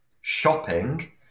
shopping